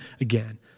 again